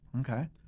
Okay